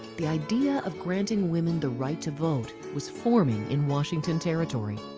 the idea of granting women the right to vote was forming in washington territory.